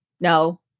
no